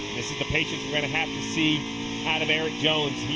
this is the patience you're going to have to see out of erik jones.